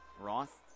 Roth